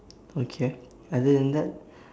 okay other than that